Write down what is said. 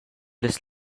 las